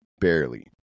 barely